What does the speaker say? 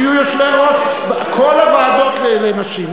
אבל מה לעשות, שיהיו יושבי-ראש, כל הוועדות לנשים.